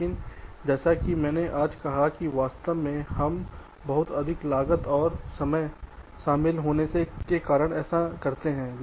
लेकिन जैसा कि मैंने आज कहा कि वास्तव में हम बहुत अधिक लागत और समय शामिल होने के कारण ऐसा करते हैं